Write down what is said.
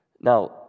Now